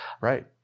Right